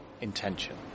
Intention